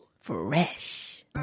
fresh